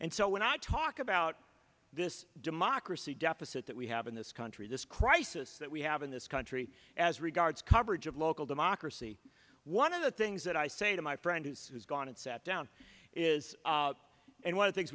and so when i talk about this democracy deficit that we have in this country this crisis that we have in this country as regards coverage of local democracy one of the things that i say to my friend who has gone and sat down is and one of th